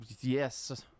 Yes